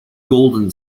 golden